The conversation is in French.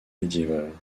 médiévale